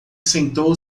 sentou